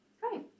Great